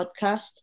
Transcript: Podcast